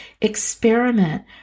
experiment